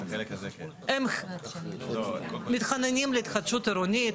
הם מתחננים להתחדשות עירונית,